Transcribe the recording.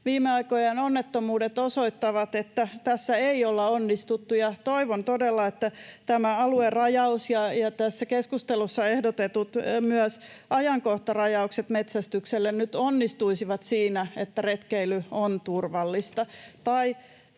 Viime aikojen onnettomuudet osoittavat, että tässä ei olla onnistuttu, ja toivon todella, että tämä alueen rajaus ja tässä keskustelussa ehdotetut myös ajankohtarajaukset metsästykselle nyt onnistuisivat siinä, että retkeily on turvallista.